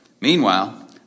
Meanwhile